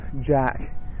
jack